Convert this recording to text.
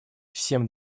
всем